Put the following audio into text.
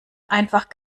einfach